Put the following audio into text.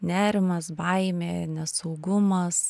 nerimas baimė nesaugumas